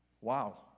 Wow